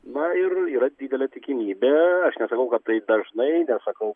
na ir yra didelė tikimybė aš nesakau kad tai dažnai sakau